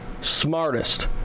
smartest